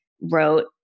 wrote